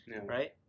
right